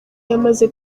yamaze